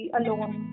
alone